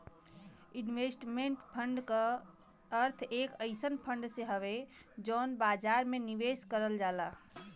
investment fund क अर्थ एक अइसन फण्ड से हउवे जौन बाजार में निवेश करल जाला